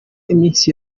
iminsi